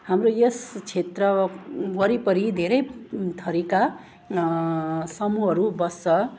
हाम्रो यस क्षेत्र वरिपरि धेरै थरीका समूहहरू बस्छ